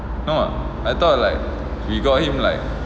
no what I thought like we got him like